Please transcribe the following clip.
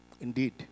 Indeed